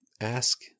Ask